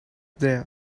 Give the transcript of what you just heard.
there